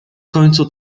końcu